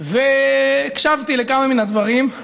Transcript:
והקשבתי לכמה מן הדברים.